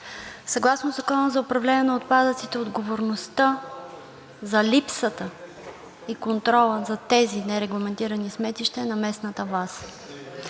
съгласно Закона за управление на отпадъците отговорността за липсата и контрола за тези нерегламентирани сметища е на местната